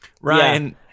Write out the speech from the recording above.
Ryan